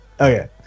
Okay